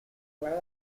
class